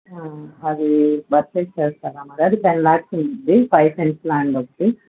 అది పర్చేస్ చేస్తారా మరి అది టెన్ లాక్స్ ఉంటుంది ఫైవ్ సెంట్స్ లాండ్ ఒకటి